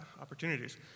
opportunities